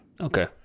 Okay